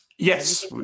Yes